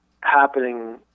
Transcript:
happening